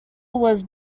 was